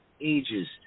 ages